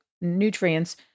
nutrients